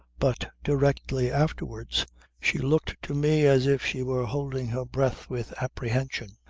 but directly afterwards she looked to me as if she were holding her breath with apprehension.